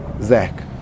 Zach